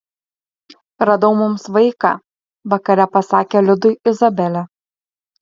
radau mums vaiką vakare pasakė liudui izabelė